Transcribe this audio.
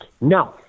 no